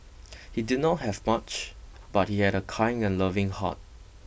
he did not have much but he had a kind and loving heart